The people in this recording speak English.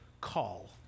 call